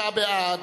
26 בעד,